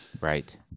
right